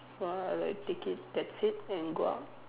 or like take it that's it and go out